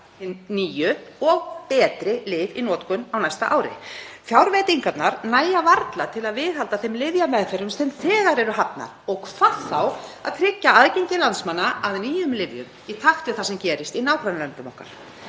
hin nýju betri lyf í notkun á næsta ári. Fjárveitingarnar nægja varla til að viðhalda þeim lyfjameðferðum sem þegar eru hafnar og hvað þá að tryggja aðgengi landsmanna að nýjum lyfjum í takt við það sem gerist í nágrannalöndum okkar.